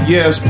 Yes